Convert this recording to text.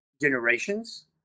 generations